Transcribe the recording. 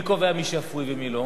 מי קובע מי שפוי ומי לא?